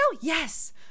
Yes